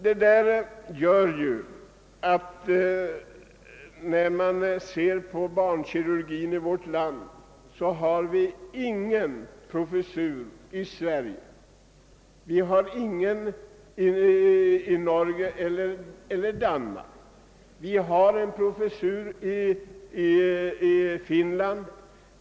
Vi har ingen professur i barnkirurgi i Sverige. Inte heller finns det någon i Norge eller i Danmark, endast en i Finland.